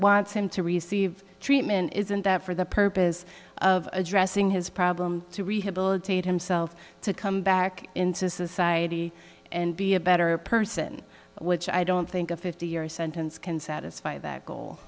wants him to receive treatment isn't that for the purpose of addressing his problem to rehabilitate himself to come back into society and be a better person which i don't think a fifty year sentence can satisfy that goal